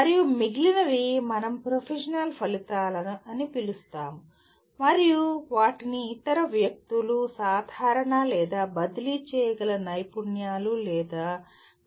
మరియు మిగిలినవి మనం ప్రొఫెషనల్ ఫలితాలను పిలుస్తాము మరియు వాటిని ఇతర వ్యక్తులు సాధారణ లేదా బదిలీ చేయగల నైపుణ్యాలు లేదా ఫలితాలు అని కూడా పిలుస్తారు